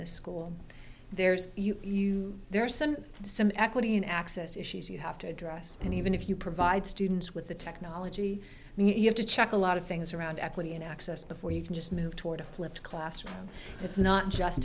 the school there's you there are some some equity in access issues you have to address and even if you provide students with the technology you have to check a lot of things around equity in access before you can just move toward a flipped classroom it's not just